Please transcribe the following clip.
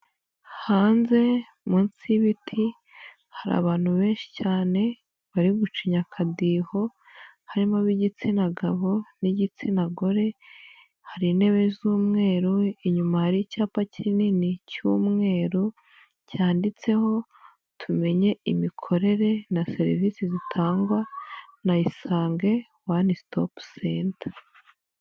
Hanze munsi y'ibiti, hari abantu benshi cyane bari gucinya akadiho, harimo ab'igitsina gabo n'igitsina gore, hari intebe z'umweru inyuma hari icyapa kinini cy'umweru cyanditseho tumenye imikorere na serivisi zitangwa na isange wane sitopu senta.